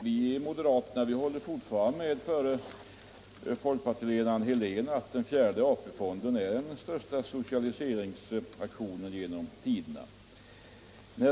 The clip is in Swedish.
Herr talman! Vi moderater håller fortfarande med förutvarande folkpartiledaren herr Helén om att fjärde AP-fonden är den största socialiseringsaktionen genom tiderna.